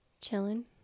chilling